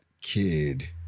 kid